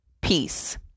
peace